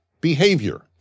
behavior